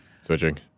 switching